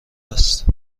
است